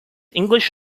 english